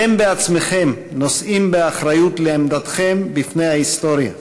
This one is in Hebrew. אתם בעצמכם נושאים באחריות לעמדתכם בפני ההיסטוריה,